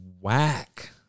whack